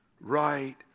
Right